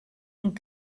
and